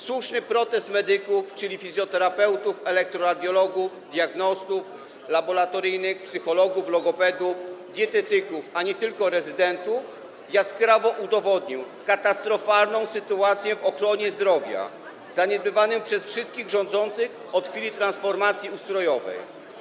Słuszny protest medyków, czyli fizjoterapeutów, elektroradiologów, diagnostów laboratoryjnych, psychologów, logopedów, dietetyków, a nie tylko rezydentów, jaskrawo udowodnił katastrofalną sytuację w ochronie zdrowia zaniedbywanej przez wszystkich rządzących od chwili transformacji ustrojowej.